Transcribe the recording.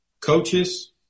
coaches